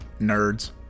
Nerds